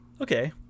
okay